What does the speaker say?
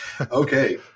Okay